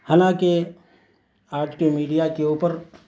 حالانکہ آج کی میڈیا کے اوپر